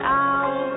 out